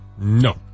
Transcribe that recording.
No